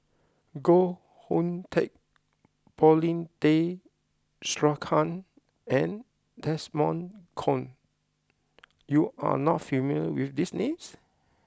Koh Hoon Teck Paulin Tay Straughan and Desmond Kon you are not familiar with these names